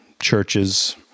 churches